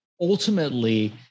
ultimately